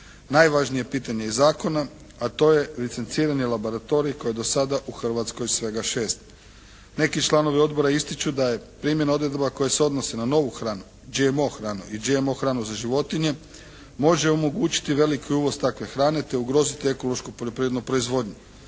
najvažnije pitanje iz zakona, a to je licenciranje laboratorij koji do sada u Hrvatskoj je svega 6. Neki članovi Odbora ističu da je primjena odredaba koje se odnose na novu hranu, GMO hranu i GMO hranu za životinje može omogućiti veliki uvoz takve hrane te ugroziti ekološku poljoprivrednu proizvodnju.